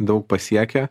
daug pasiekę